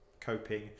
coping